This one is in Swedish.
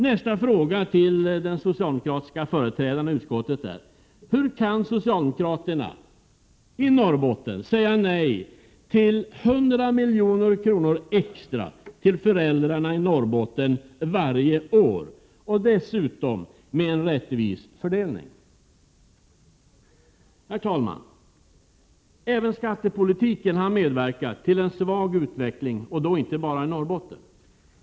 Nästa fråga till företrädaren för utskottets socialdemokrater är: Hur kan socialdemokraterna i Norrbotten säga nej till 100 milj.kr. extra till föräldrarna i Norrbotten varje år, dessutom med en rättvis fördelning? Herr talman! Även skattepolitiken har medverkat till en svag utveckling och då inte bara i Norrbotten.